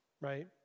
right